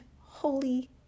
holy